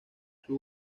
sus